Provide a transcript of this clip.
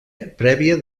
prèvia